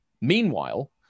meanwhile